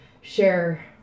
share